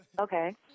Okay